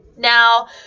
Now